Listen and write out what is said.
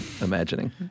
imagining